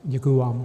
Děkuji vám.